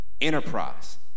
enterprise